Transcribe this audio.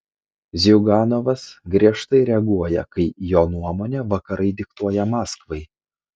ziuganovas griežtai reaguoja kai jo nuomone vakarai diktuoja maskvai